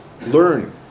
learn